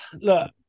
look